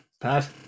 Pat